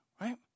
right